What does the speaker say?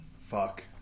Fuck